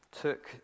took